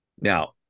Now